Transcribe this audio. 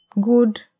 good